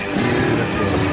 beautiful